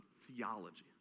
theology